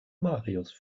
marius